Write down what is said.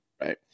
right